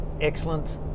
excellent